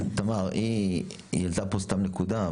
תמר, דוקטור שרם העלתה פה סתם נקודה,